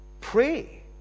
Pray